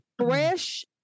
fresh